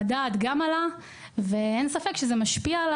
המדד גם עלה ואין ספק שזה משפיע על